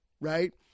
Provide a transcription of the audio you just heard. right